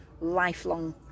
lifelong